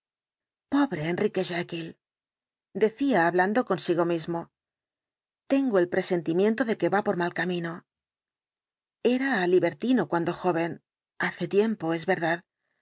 pobre enrique jekyll decía hablando consigo mismo tengo el presentimiento de que va por mal camino era libertino cuando joven hace tiempo es verdad